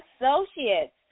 Associates